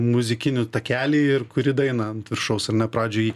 muzikinį takelį ir kuri dainą ant viršaus ar ne pradžiai